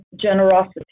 generosity